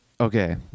Okay